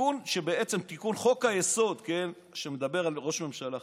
תיקון שהוא בעצם תיקון חוק-היסוד שמדבר על ראש ממשלה חליפי.